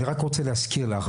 אני רק רוצה להזכיר לך,